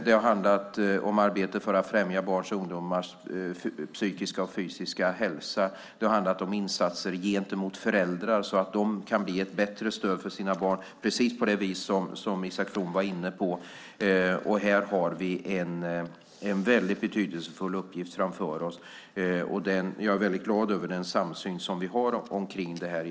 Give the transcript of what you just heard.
Det har handlat om arbete för att främja barns och ungdomars psykiska och fysiska hälsa, om insatser gentemot föräldrar så att de kan bli ett bättre stöd för sina barn - just på det sättet som Isak From var inne på. Här har vi en mycket betydelsefull uppgift framför oss, och jag är glad över den samsyn som vi har kring detta.